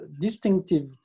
distinctive